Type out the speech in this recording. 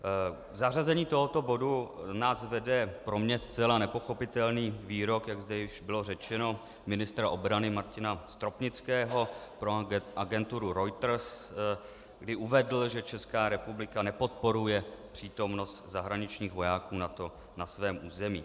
K zařazení tohoto bodu nás vede pro mě zcela nepochopitelný výrok, jak zde již bylo řečeno, ministra obrany Martina Stropnického pro agenturu Reuters, kdy uvedl, že Česká republika nepodporuje přítomnost zahraničních vojáků NATO na svém území.